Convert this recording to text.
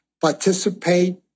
participate